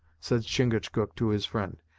said chingachgook to his friend.